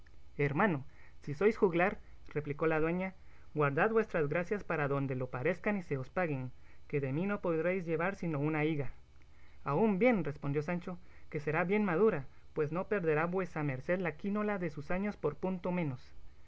hermano si sois juglar replicó la dueña guardad vuestras gracias para donde lo parezcan y se os paguen que de mi no podréis llevar sino una higa aun bien respondió sancho que será bien madura pues no perderá vuesa merced la quínola de sus años por punto menos